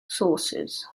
sources